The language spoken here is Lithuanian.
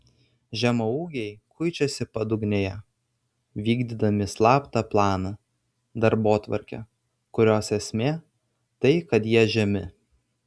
žemaūgiai kuičiasi padugnėje vykdydami slaptą planą darbotvarkę kurios esmė tai kad jie žemi